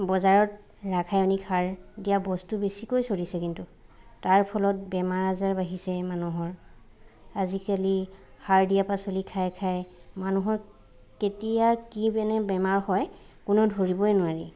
বজাৰত ৰাসায়নিক সাৰ দিয়া বস্তু বেছিকৈ চলিচে কিন্তু তাৰ ফলত বেমাৰ আজাৰ বাঢ়িছে মানুহৰ আজিকালি সাৰ দিয়া পাচলি খাই খাই মানুহৰ কেতিয়া কি মানে বেমাৰ হয় কোনো ধৰিবই নোৱাৰি